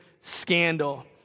scandal